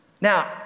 now